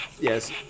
Yes